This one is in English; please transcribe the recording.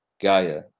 Gaia